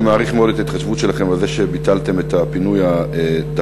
אני מעריך מאוד את ההתחשבות שלכם ושביטלתם את הפינוי הדחוף,